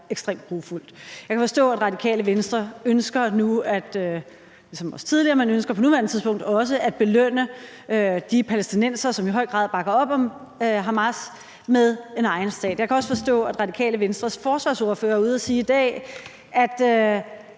ekstremt grufuldt. Jeg kan forstå, at Radikale Venstre på nuværende tidspunkt ønsker – ligesom de også ønskede tidligere – at belønne de palæstinensere, som i høj grad bakker op om Hamas, med en egen stat. Jeg kan også forstå, at Radikale Venstres forsvarsordfører er ude at sige i dag, at